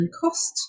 cost